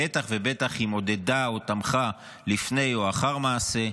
בטח ובטח אם עודדה או תמכה לפני ולאחר מעשה,